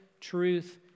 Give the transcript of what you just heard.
truth